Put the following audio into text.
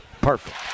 perfect